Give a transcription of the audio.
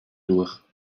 durch